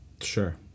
Sure